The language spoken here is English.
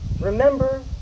remember